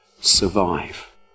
survive